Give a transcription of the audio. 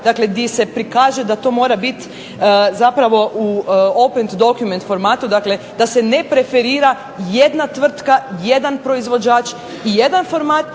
dakle gdje se prikaže da to mora biti u open dokument formatu dakle da se ne preferira jedna tvrtka, jedan proizvođač ljudi koji